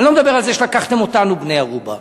אני לא מדבר על זה שלקחתם אותנו בני ערובה,